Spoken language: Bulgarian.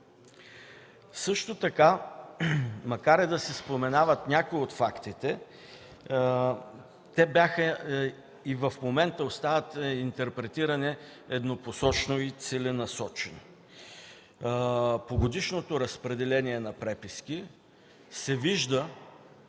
Също така, макар и да се споменават някои от фактите, и в момента остават интерпретирани еднопосочно и целенасочено. По годишното разпределение на преписките много